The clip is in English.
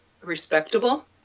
respectable